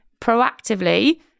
proactively